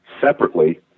separately